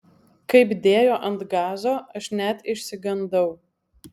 kaip dėjo ant gazo aš net išsigandau